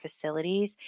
facilities